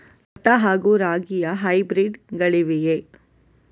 ಭತ್ತ ಹಾಗೂ ರಾಗಿಯ ಹೈಬ್ರಿಡ್ ಗಳಿವೆಯೇ?